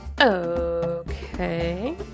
Okay